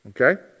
okay